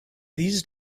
these